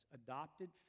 adopted